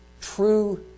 true